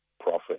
profit